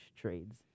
trades